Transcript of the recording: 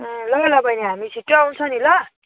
ए ल ल बैनी हामी छिट्टै आउँछौँ नि ल